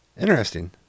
Interesting